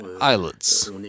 islets